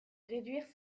réduire